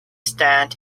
stand